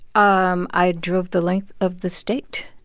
um i drove the length of the state.